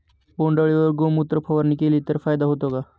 बोंडअळीवर गोमूत्र फवारणी केली तर फायदा होतो का?